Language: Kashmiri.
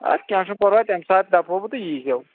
ادٕ کینہہ چھُنہٕ پرواے تمہِ ساتہٕ دپہو بہٕ تہٕ ییٖزیو